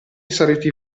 sarete